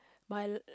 my l~ uh